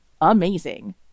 amazing